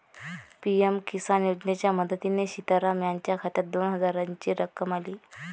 PM किसान योजनेच्या मदतीने सीताराम यांच्या खात्यात दोन हजारांची रक्कम आली